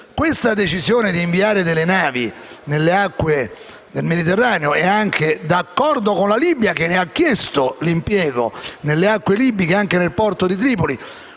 questa decisione di inviare delle navi nelle acque del Mediterraneo, anche d'accordo con la Libia, che ne ha chiesto l'impiego nelle acque libiche e anche nel porto di Tripoli.